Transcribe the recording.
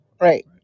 Right